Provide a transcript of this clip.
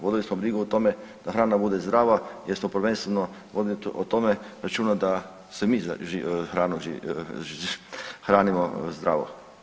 Vodili smo brigu o tome da hrana bude zdrava jer smo prvenstveno vodili o tome računa da se mi hranimo zdravo.